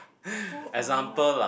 who or what